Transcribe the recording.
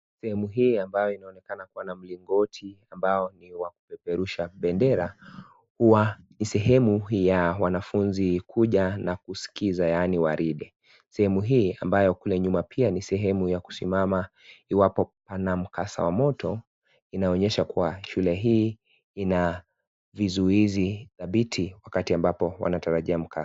Sehemu hii ambayo inaonekana kuwa na mlingoti ambao ni wa kupeperusha bendera, huwa ni sehemu ya wanafunzi kuja na kusikiza yaani gwaride. Sehemu hii ambayo kule nyuma pia ni sehemu ya kusimama iwapo Pana mkasa wa moto inaonyesha kuwa shule hii ina vizuizi dhabithi wakati ambapo wanatarajia mkasa.